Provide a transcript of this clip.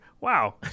wow